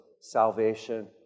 salvation